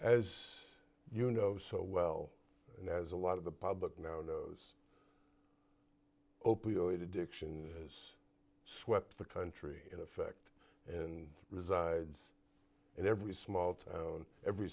as you know so well and as a lot of the public now knows opioid addiction has swept the country in effect and resides in every small town every